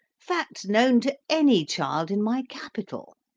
facts known to any child in my capital.